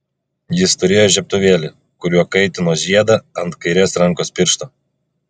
jis turėjo žiebtuvėlį kuriuo kaitino žiedą ant kairės rankos piršto